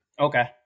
Okay